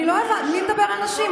מי מדבר על נשים?